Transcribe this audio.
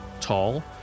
tall